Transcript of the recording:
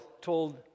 told